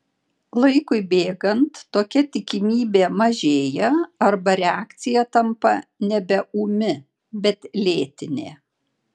laikui bėgant tokia tikimybė mažėja arba reakcija tampa nebe ūmi bet lėtinė